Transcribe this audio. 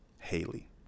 Haley